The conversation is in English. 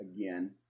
again